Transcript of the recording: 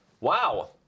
Wow